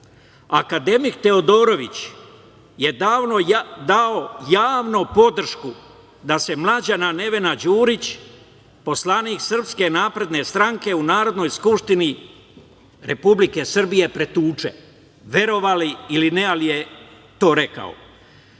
Akademik Teodrović je davno dao javno podršku da se mlađana Nevena Đurić, poslanik SNS, u Narodnoj skupštini Republike Srbije pretuče. Verovali ili ne, ali je to